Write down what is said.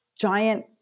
giant